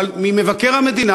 אבל ממבקר המדינה,